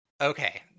Okay